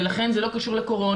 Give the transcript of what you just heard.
לכן זה לא קשור לקורונה,